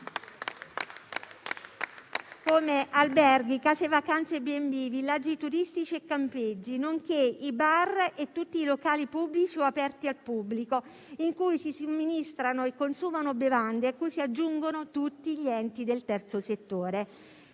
come alberghi, case vacanze, *bed and breakfast*, villaggi turistici e campeggi, nonché i bar e tutti i locali pubblici o aperti al pubblico in cui si somministrano e consumano bevande, a cui si aggiungono tutti gli enti del terzo settore.